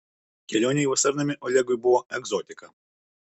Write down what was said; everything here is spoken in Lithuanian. kelionė į vasarnamį olegui buvo egzotika